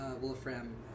wolfram